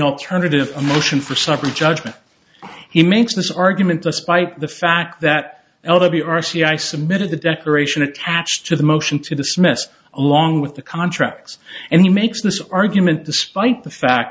alternative a motion for summary judgment he makes this argument despite the fact that l b r c i submitted the declaration attached to the motion to dismiss along with the contracts and he makes this argument despite the fact